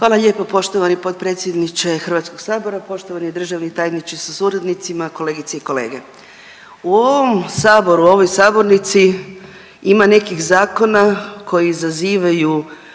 Hvala lijepo poštovani potpredsjedniče Hrvatskog sabora, poštovani državni tajniče sa suradnicima, kolegice i kolege. U ovom Saboru, u ovoj sabornici ima nekih zakona koji izazivaju